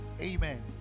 Amen